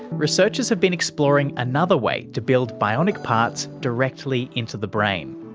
researchers have been exploring another way to build bionic parts directly into the brain.